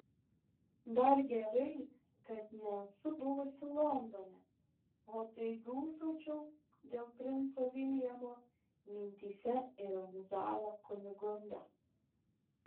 dar gerai kad nesu buvusi londone o tai dūsaučiau dėl princo viljamo mintyse ironizavo kunigunda